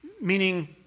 meaning